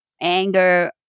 anger